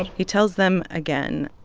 he tells them, again,